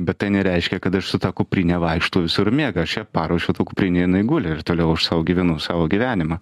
bet tai nereiškia kad aš su ta kuprine vaikštau visur mie aš ją paruošiau ta kuprinė jinai guli ir toliau aš sau gyvenu savo gyvenimą